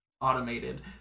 automated